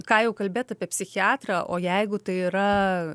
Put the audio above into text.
ką jau kalbėt apie psichiatrą o jeigu tai yra